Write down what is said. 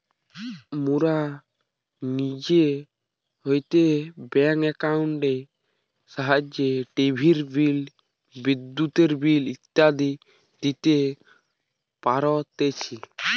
মোরা নিজ হইতে ব্যাঙ্ক একাউন্টের সাহায্যে টিভির বিল, বিদ্যুতের বিল ইত্যাদি দিতে পারতেছি